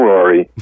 Rory